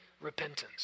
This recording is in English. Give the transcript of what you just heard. repentance